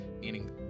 meaning